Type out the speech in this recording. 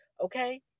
okay